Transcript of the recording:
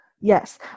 Yes